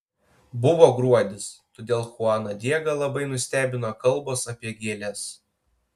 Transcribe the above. buvo gruodis todėl chuaną diegą labai nustebino kalbos apie gėles